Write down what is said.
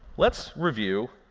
let's review